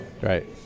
Right